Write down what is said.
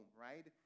right